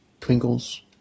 twinkles